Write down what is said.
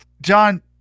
John